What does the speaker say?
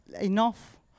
enough